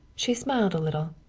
she smiled a little.